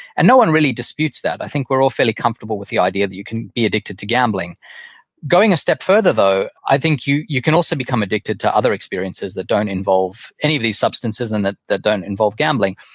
and no one really disputes that. i think we're all fairly comfortable with the idea that you can be addicted to gambling going a step further though, i think you you can also become addicted to other experiences that don't involve any of these substances, and that that don't involve gambling.